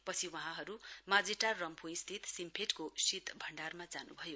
पछि वहाँहरू माजीटार रम्फूस्थित सिम्फेड को शीत भण्डारमा जानुभयो